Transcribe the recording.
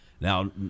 Now